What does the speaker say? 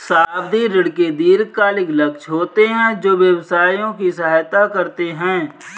सावधि ऋण के दीर्घकालिक लक्ष्य होते हैं जो व्यवसायों की सहायता करते हैं